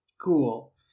Cool